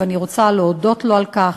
ואני רוצה להודות לו על כך.